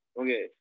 Okay